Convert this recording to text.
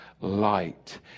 light